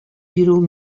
бирү